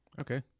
okay